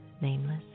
nameless